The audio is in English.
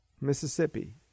Mississippi